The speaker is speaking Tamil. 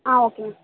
ah okay ma'am